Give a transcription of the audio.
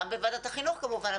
גם בוועדת החינוך כמובן,